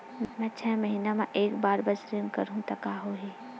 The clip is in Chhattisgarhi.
मैं छै महीना म एक बार बस ऋण करहु त का होही?